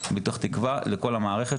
אני שואלת עמרי,